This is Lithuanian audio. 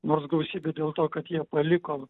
nors gausybė dėl to kad jie paliko